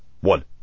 One